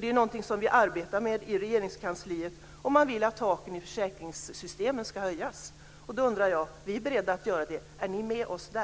Det är någonting som vi arbetar med i Regeringskansliet, och man vill att taken i försäkringssystemen ska höjas. Vi är beredda att göra detta. Är ni med oss där?